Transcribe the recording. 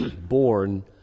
born